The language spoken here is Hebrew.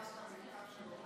לא התייחסת למכתב של אותם